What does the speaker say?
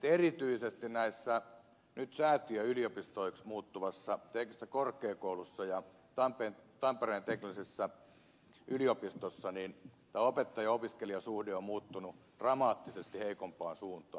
erityisesti nyt säätiöyliopistoiksi muuttuvissa teknillisessä korkeakoulussa ja tampereen teknillisessä yliopistossa opettajaopiskelija suhde on muuttunut dramaattisesti heikompaan suuntaan